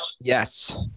Yes